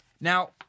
Now